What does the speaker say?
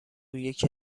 یکی